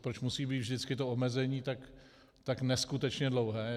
Proč musí být vždycky to omezení tak neskutečně dlouhé?